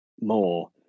more